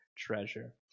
Treasure